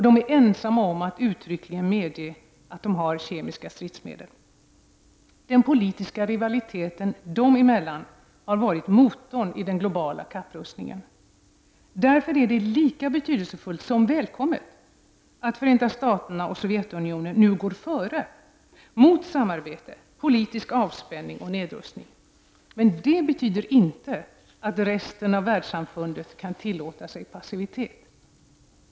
De är ensamma om att uttryckligen medge att de har kemiska stridsmedel. Den politiska rivaliteten dem emellan har varit motorn i den globala kapprustningen. Därför är det lika betydelsefullt som välkommet att Förenta staterna och Sovjetunionen nu går före — mot samarbete, politisk avspänning och nedrustning. Men detta betyder inte att resten av världssamfundet kan tillåta sig passivitet.